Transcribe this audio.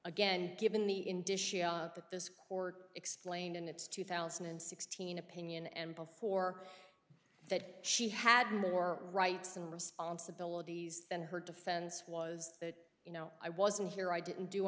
again given the indicia that this court explained in its two thousand and sixteen opinion and before that she had more rights and responsibilities than her defense was that you know i wasn't here i didn't do